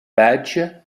page